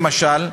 למשל,